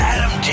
Adam